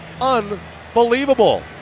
Unbelievable